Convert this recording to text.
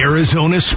Arizona